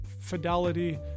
Fidelity